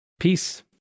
Peace